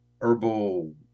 herbal